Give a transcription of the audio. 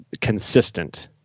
consistent